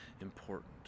important